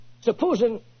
Supposing